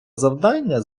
завдання